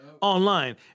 online